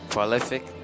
Prolific